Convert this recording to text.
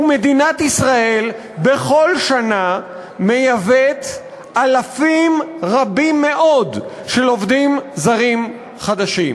ומדינת ישראל בכל שנה מייבאת אלפים רבים מאוד של עובדים זרים חדשים.